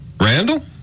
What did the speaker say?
Randall